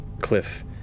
cliff